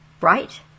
right